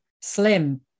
slim